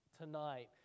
tonight